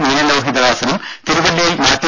നീലലോഹിതദാസനും തിരവല്ലയിൽ മാത്യു